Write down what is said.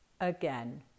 again